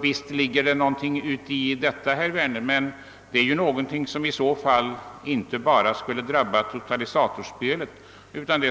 Visst ligger det någonting i detta, herr Werner, men det skulle i så fall drabba inte bara totalisatorspelet utan